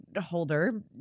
holder